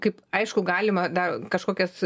kaip aišku galima dar kažkokias